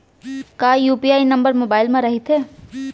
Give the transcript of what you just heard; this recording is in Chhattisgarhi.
का यू.पी.आई नंबर मोबाइल म रहिथे?